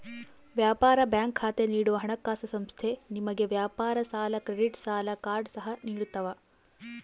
ವ್ಯಾಪಾರ ಬ್ಯಾಂಕ್ ಖಾತೆ ನೀಡುವ ಹಣಕಾಸುಸಂಸ್ಥೆ ನಿಮಗೆ ವ್ಯಾಪಾರ ಸಾಲ ಕ್ರೆಡಿಟ್ ಸಾಲ ಕಾರ್ಡ್ ಸಹ ನಿಡ್ತವ